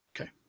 Okay